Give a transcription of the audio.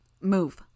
Move